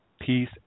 Peace